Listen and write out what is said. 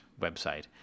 website